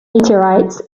meteorites